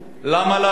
למה להבליט?